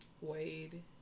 Wade